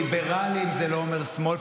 ליברלים זה לא אומר שמאל.